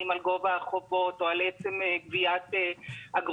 על גובה החובות או על עצם גביית אגרות,